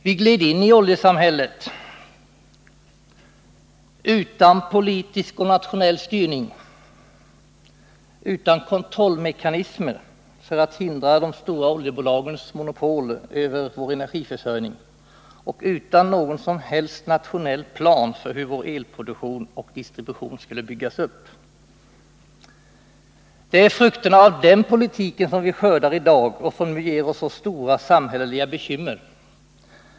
Vi gled in i oljesamhället utan politisk och nationell styrning, utan kontrollmekanismer för att hindra de stora oljebolagens monopol över vår energiförsörjning och utan någon som helst nationell plan för hur vår clproduktion och distribution skulle byggas upp. Det är frukterna av den politiken som vi skördar i dag och som nu ger oss så stora samhälleliga bekymmer.